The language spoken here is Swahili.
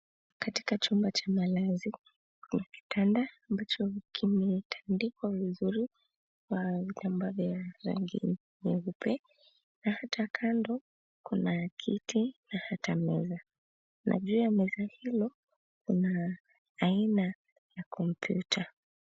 Katika chumba cha malazi kuna kitanda ambacho kimetandikwa vizuri na vitambaa vya rangi nyeupe na hata kando kuna kiti na hata meza na juu ya meza hilo kuna aina ya kompyuta.